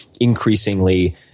increasingly